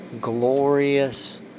glorious